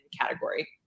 category